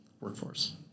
workforce